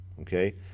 okay